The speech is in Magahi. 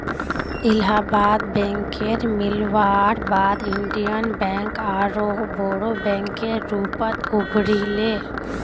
इलाहाबाद बैकेर मिलवार बाद इन्डियन बैंक आरोह बोरो बैंकेर रूपत उभरी ले